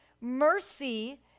mercy